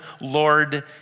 Lord